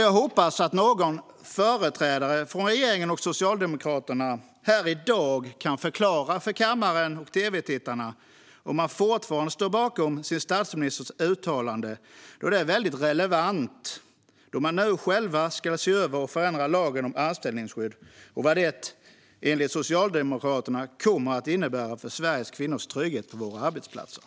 Jag hoppas att någon företrädare från regeringen och Socialdemokraterna här i dag kan förklara för kammaren och tv-tittarna om man fortfarande står bakom sin statsministers uttalande, då detta är väldigt relevant när man nu själv ska se över och förändra lagen om anställningsskydd, och vad detta enligt Socialdemokraterna kommer att innebära för Sveriges kvinnors trygghet på våra arbetsplatser.